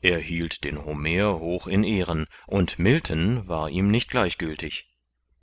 er hielt den homer hoch in ehren und milton war ihm nicht gleichgültig